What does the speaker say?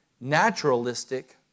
naturalistic